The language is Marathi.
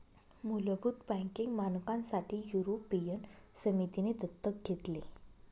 मुलभूत बँकिंग मानकांसाठी युरोपियन समितीने दत्तक घेतले